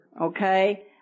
Okay